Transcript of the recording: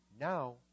Now